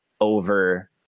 over